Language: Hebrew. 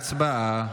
הצבעה.